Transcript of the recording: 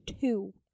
two